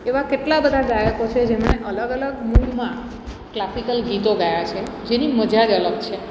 એવા કેટલા બધા ગાયકો છે જેમણે અલગ અલગ મૂડમાં ક્લાસિકલ ગીતો ગાયા છે જેની મજા જ અલગ છે